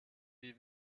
wie